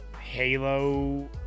Halo